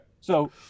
So-